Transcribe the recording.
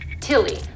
Tilly